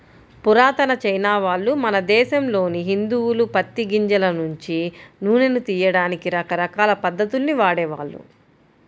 పురాతన చైనావాళ్ళు, మన దేశంలోని హిందువులు పత్తి గింజల నుంచి నూనెను తియ్యడానికి రకరకాల పద్ధతుల్ని వాడేవాళ్ళు